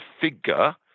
figure